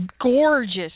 gorgeous